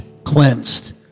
cleansed